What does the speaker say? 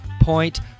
Point